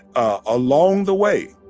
ah along the way,